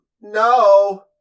No